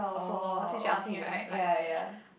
oh okay ya ya